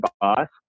boss